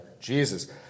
Jesus